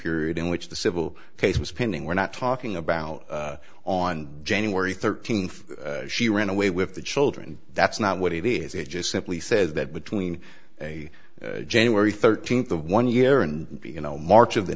period in which the civil case was pending we're not talking about on january thirteenth she ran away with the children that's not what it is it just simply says that between a january thirteenth the one year and you know march of the